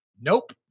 nope